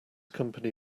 company